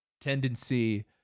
tendency